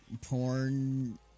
porn